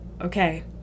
Okay